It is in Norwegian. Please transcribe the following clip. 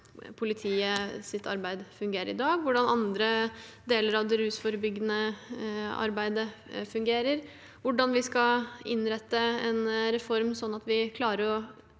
politiets arbeid fungerer i dag, hvordan andre deler av det rusforebyggende arbeidet fungerer, hvordan vi skal innrette en reform slik at vi klarer å